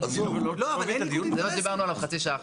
לגבי סעיף קטן (ז),